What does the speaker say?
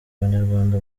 abanyarwanda